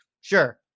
sure